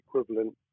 equivalent